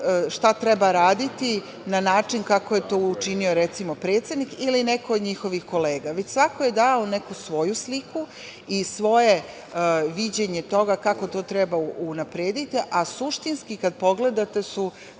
šta treba raditi na način kako je to učinio, recimo, predsednik ili neko od njihovih kolega, već je svako dao neku svoju sliku i svoje viđenje toga kako to treba unaprediti, a suštinski, kada pogledate, su